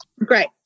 Great